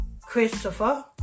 Christopher